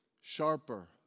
sharper